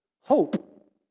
hope